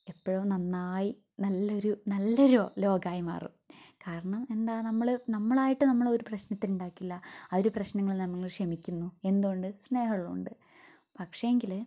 എപ്പോഴോ നന്നായി നല്ലൊരു നല്ലൊരു ലോകമായി മാറും കാരണം എന്താ നമ്മൾ നമ്മളായിട്ട് നമ്മളൊരു പ്രശ്നത്തിനും ഉണ്ടാക്കില്ല ആ ഒരു പ്രശ്നങ്ങൾ നമ്മൾ ക്ഷമിക്കുന്നു എന്തുകൊണ്ട് സ്നേഹം ഉള്ളതുകൊണ്ട് പക്ഷെയെങ്കിൽ